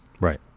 Right